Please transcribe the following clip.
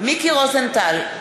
מיקי רוזנטל,